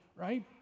right